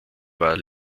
war